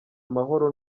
amahoro